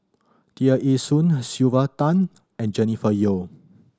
Tear Ee Soon Sylvia Tan and Jennifer Yeo